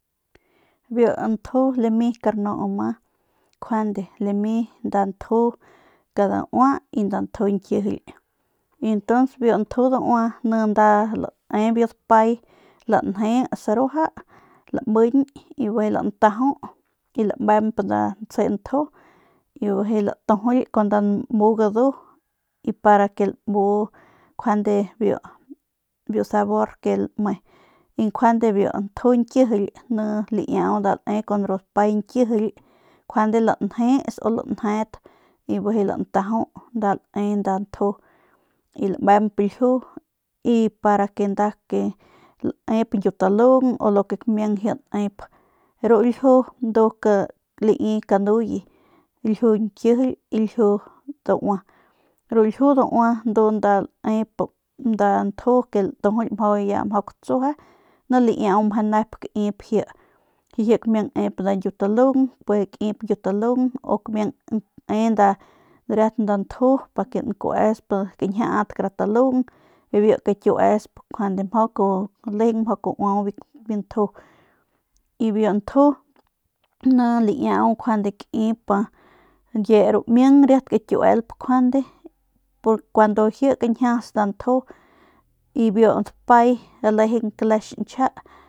Biu ntju lami karnu ma njuande lami nda nju kadaua y nda nju ñkijiyl y ntuns biu nju daua lae biu dapay lanjes ruaja lamiñ y bijiy lantajau y lamemp nda ntse nju y bijiy latujuly cun nda nmu gadu y para que lamu njuande biu sabor que lame y njuande biu nju nkijily ndu laiau nda lae kun dapay nkijily njuande lanjes u lanjet y bijiy lantajau y lamemp lju y para que nda ke nda nep ñkiutalung u lo que kamiang nep ji nep ru ljiu ndu lai kanuye lju ñkijily y ljiu daua ru ljiu daua ndu nda nep nda nju nda mjau latujuly ya mjau katsueje ni laiau meje nep kaip ji si ji kamiang nep nda ñkiutalung puede kaip u kamiang ne nda riat nda nju pa nkuesp kañjiat kara talung bijiy biu kakiuesp lejeng mjau kauau biu ntju y biu nju ni njuande laiau kaip ñkie ru ming riat kakiuelp njuande porque kuandu ji kañjias nda nju y biu dapay lejeng kle xiñchja.